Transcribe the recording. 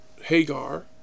Hagar